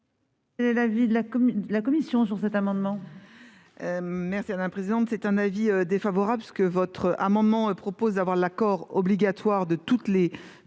Quel est l'avis de la commission ? Votre amendement